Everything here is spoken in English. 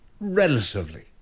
relatively